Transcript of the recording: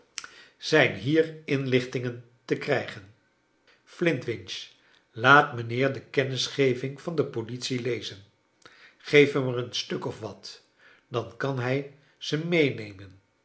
zijn charles dickens hier inlichtingen te krijgen flintwinch laat mijnheer de kennisgeving van de politie lezen g-eef hem er een stuk of wat dan kan hij ze meenemen